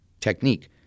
technique